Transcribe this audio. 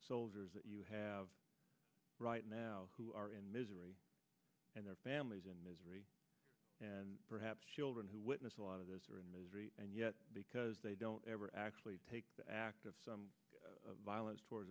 soldiers that you have right now who are in misery and their families in misery and perhaps children who witness a lot of those and yet because they don't ever actually take the act of some violence toward